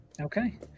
Okay